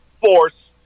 force